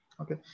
okay